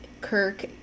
Kirk